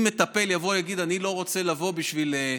אם מטפל יבוא ויגיד: אני לא רוצה לבוא בשביל,